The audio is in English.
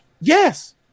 Yes